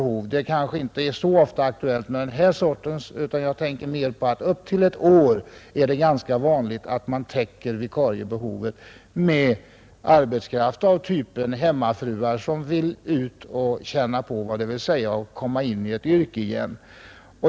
I sådana fall är det kanske inte så ofta aktuellt med den här sortens vikarier, men upp till ett år är det ganska vanligt att man täcker vikariebehovet med arbetskraft av typen hemmafruar som vill känna på vad det vill säga att komma in i ett yrke igen.